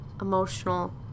emotional